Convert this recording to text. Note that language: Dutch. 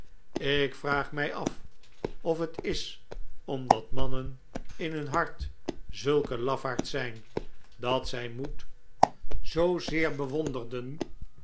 ik vraag mij af of het is omdat mannen in hun hart zulke lafaards zijn dat zij moed zoozeer bewonderen